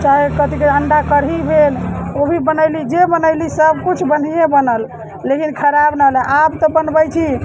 चाहे कथि कहैत छै अण्डाकरी भेल ओ भी बनयली जे बनयली सभ किछु बढ़िये बनल लेकिन खराब नहि आब तऽ बनबैत छी